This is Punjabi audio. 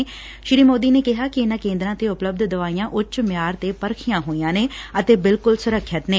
ਪ੍ਰਧਾਨ ਮੰਤਰੀ ਸ੍ਰੀ ਸੋਦੀ ਨੇ ਕਿਹਾ ਕਿ ਇਨੂਾਂ ਕੇਂਦਰਾਂ ਤੇ ਉਪਲੱਬਧ ਦਵਾਈਆਂ ਉੱਚ ਮਿਆਰਾਂ ਤੇ ਪਰਖੀਆਂ ਹੋਈਆਂ ਨੇ ਅਤੇ ਬਿਲਕੁਲ ਸੁਰੱਖਿਅਤ ਨੇ